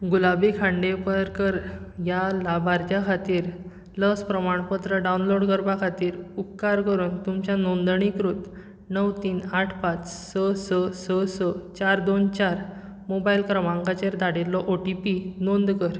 गुलाबी खांडेपारकार ह्या लाबार्थ्या खातीर लस प्रमाणपत्र डावनलोड करपा खातीर उपकार करून तुमच्या नोंदणीकृत णव तीन आठ पांच स स स स चार दोन चार मोबायल क्रमांकाचेर धाडिल्लो ओ टी पी नोंद कर